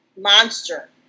monster